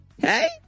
hey